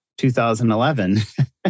2011